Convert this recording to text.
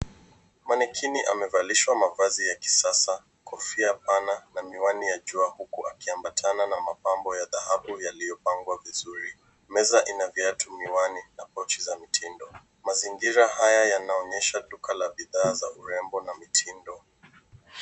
Manikini amevalishwa mavazi ya kisasa kofia pana na miwani ya jua uku akiambatana na mapambo ya dhahabu yaliopangwa vizuri. Meza ina viatu, miwani na pochi za mtindo mazingira haya yanaonyesha duka la bidhaa za urembo na mitindo.